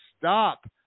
Stop